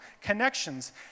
connections